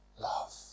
love